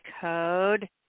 code